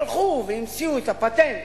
הלכו והמציאו את הפטנט